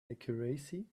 accuracy